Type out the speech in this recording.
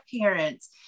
parents